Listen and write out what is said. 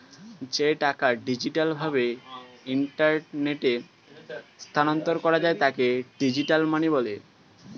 যে টাকা ডিজিটাল ভাবে ইন্টারনেটে স্থানান্তর করা যায় তাকে ডিজিটাল মানি বলে